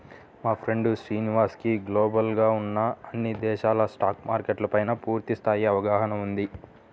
మా ఫ్రెండు శ్రీనివాస్ కి గ్లోబల్ గా ఉన్న అన్ని దేశాల స్టాక్ మార్కెట్ల పైనా పూర్తి స్థాయి అవగాహన ఉంది